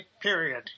period